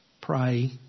pray